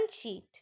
sheet